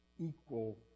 equal